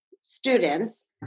students